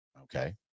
Okay